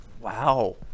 wow